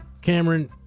Cameron